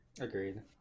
Agreed